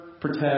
protect